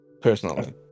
personally